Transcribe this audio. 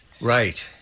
Right